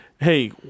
hey